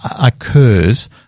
occurs